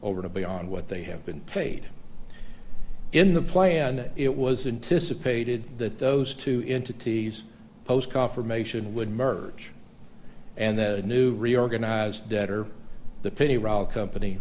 over the beyond what they have been paid in the plan it was intice a pated that those two entities post confirmation would merge and the new reorganized debtor the payroll company